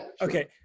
Okay